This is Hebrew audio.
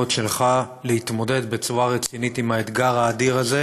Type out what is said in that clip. שלך להתמודד בצורה רצינית עם האתגר האדיר הזה,